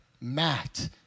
Matt